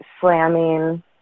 slamming